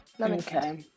Okay